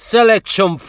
Selection